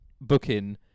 booking